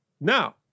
now